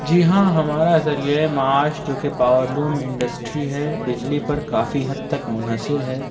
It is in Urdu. جی ہاں ہمارا ذریعہ معاش جو کہ پاورلوم انڈسٹری ہے بجلی پر کافی حد تک منحصر ہے